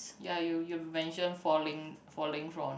ya you you mention falling falling from